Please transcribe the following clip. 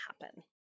happen